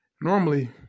normally